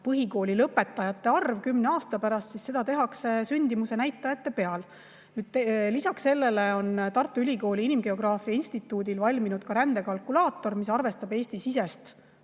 põhikooli lõpetajate arv kümne aasta pärast? Neid tehakse sündimuse näitajate põhjal. Lisaks sellele on Tartu Ülikooli inimgeograafia instituudil valminud rändekalkulaator, mis arvestab Eesti-sisest